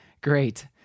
great